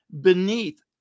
beneath